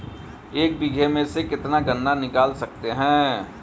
एक बीघे में से कितना गन्ना निकाल सकते हैं?